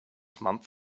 months